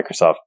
Microsoft